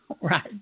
Right